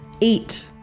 eight